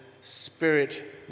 Spirit